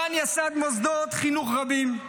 מרן ייסד מוסדות חינוך רבים,